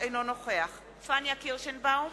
אינו נוכח פניה קירשנבאום,